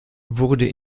wurde